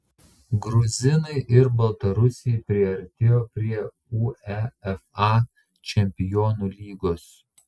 gruzinai ir baltarusiai priartėjo prie uefa čempionų lygos